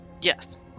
Yes